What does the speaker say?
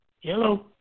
Hello